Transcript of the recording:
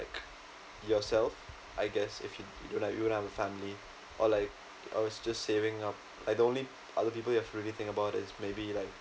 yourself I guess if you if you like you wouldn't have a family or like I was just saving up like the only other people you have really think about is maybe like